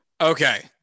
Okay